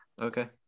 Okay